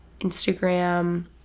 instagram